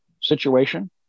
situation